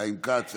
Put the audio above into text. חיים כץ,